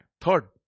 Third